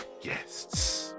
guests